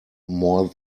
more